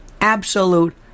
absolute